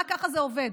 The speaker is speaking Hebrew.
רק ככה זה עובד.